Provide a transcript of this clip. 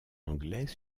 anglais